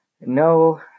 No